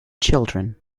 children